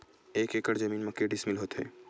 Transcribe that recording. एक एकड़ जमीन मा के डिसमिल होथे?